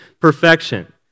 perfection